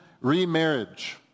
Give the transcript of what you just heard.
remarriage